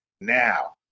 now